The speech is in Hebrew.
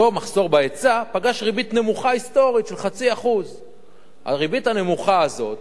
אותו מחסור בהיצע פגש ריבית נמוכה היסטורית של 0.5%. הריבית הנמוכה הזאת